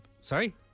sorry